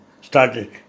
started